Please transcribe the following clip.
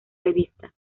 revista